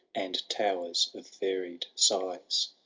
and towers of varied size.